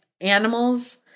animals